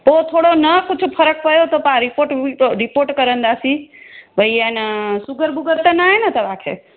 पोइ थोरो न कुझु फ़र्क़ु पियो त मां रिपोर्ट करंदासीं भई आहे न शुगर बुगर त नाहे न तव्हांखे